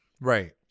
Right